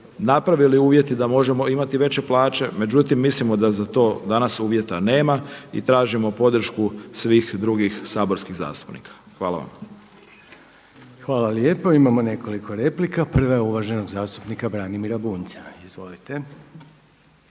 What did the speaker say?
napravili uvjete da možemo imati veće plaće, međutim mislimo da za to danas uvjeta nema i tražimo podršku svih drugih saborskih zastupnika. Hvala vam. **Reiner, Željko (HDZ)** Hvala lijepo. Imamo nekoliko replika. Prva je uvaženog zastupnika Branimira Bunjca. Izvolite.